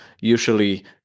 usually